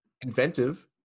inventive